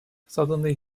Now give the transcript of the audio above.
suddenly